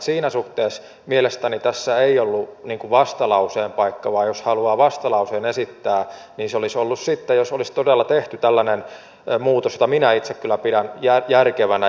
siinä suhteessa mielestäni tässä ei ollut vastalauseen paikka vaan jos haluaa vastalauseen esittää niin se olisi ollut sitten jos olisi todella tehty tällainen muutos jota minä itse kyllä pidän järkevänä